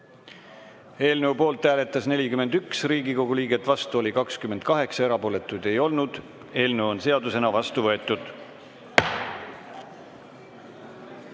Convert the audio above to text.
Eelnõu poolt hääletas 41 Riigikogu liiget, vastu oli 28, erapooletuid ei olnud. Eelnõu on seadusena vastu võetud.